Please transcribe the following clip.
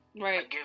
Right